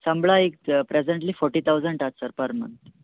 ಸಂಬಳ ಈಗ ಸ ಪ್ರೆಸೆಂಟ್ಲಿ ಫೋರ್ಟಿ ತೌಸಂಡ್ ಆಗತ್ ಸರ್ ಪರ್ ಮಂತ್